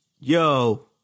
Yo